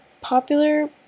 popular